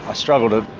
ah struggle to